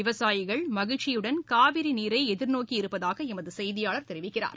விவசாயிகள் மகிழ்ச்சியுடன் காவிரி நீரை எதிர்நோக்கியிருப்பதாக எமது செய்தியாளர் தெரிவிக்கிறார்